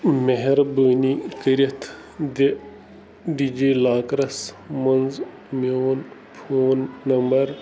مہربٲنی کٔرِتھ دِ ڈی جی لاکرَس منٛز میٛون فون نمبر